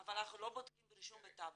אבל אנחנו לא בודקים ברישום בטאבו,